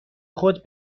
خود